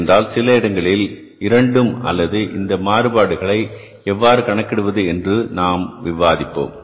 என்றால் சில இடங்களில் இரண்டும் அல்லது இந்த மாறுபாடுகளை எவ்வாறு கணக்கிடுவது என்று நாம் விவாதிப்போம்